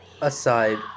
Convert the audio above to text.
Aside